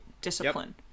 discipline